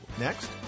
Next